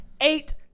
Eight